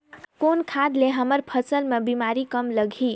कौन खाद ले हमर फसल मे बीमारी कम लगही?